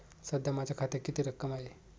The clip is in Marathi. सध्या माझ्या खात्यात किती रक्कम आहे?